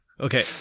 Okay